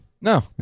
No